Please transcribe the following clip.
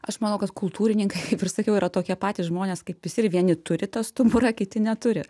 aš manau kad kultūrininkai kaip ir sakiau yra tokie patys žmonės kaip visi ir vieni turi tą stuburą kiti neturi